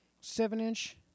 seven-inch